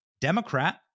Democrat